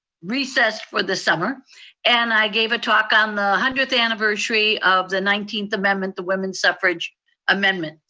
recessed for the summer and i gave a talk on the hundredth anniversary of the nineteenth amendment, the women's suffrage amendment.